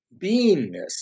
beingness